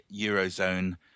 Eurozone